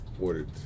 ordered